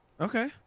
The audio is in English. okay